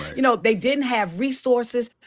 you know, they didn't have resources.